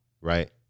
right